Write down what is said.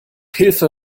hilfe